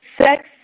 Sex